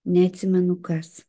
neatsimenu kas